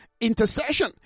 Intercession